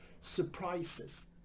surprises